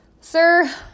Sir